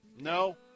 No